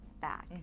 back